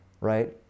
right